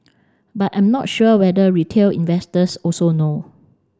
but I'm not sure whether retail investors also know